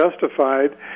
justified